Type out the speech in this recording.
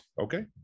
Okay